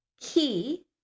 key